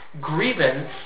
grievance